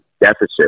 deficit